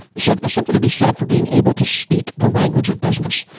so there's something to be said for being able to speak the language of business,